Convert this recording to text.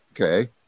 okay